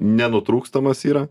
nenutrūkstamas yra